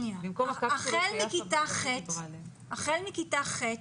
החל מכיתה ח'